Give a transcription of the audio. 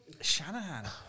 Shanahan